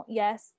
yes